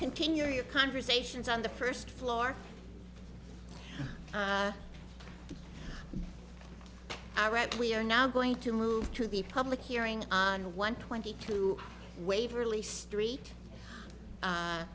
continue your conversations on the first floor all right we are now going to move to the public hearing on one twenty two waverly street